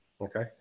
Okay